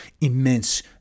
immense